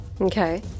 Okay